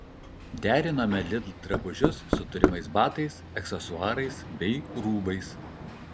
derinome lidl drabužius su turimais batais aksesuarais bei rūbais